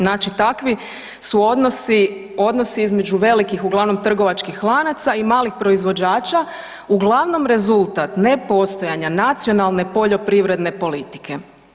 Znači takvi su odnosi odnosi između velikih uglavnom trgovačkih lanaca i malih proizvođača uglavnom rezultat nepostojanja nacionalne poljoprivredne politike.